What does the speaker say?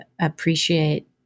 appreciate